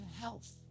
health